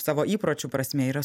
savo įpročių prasme yra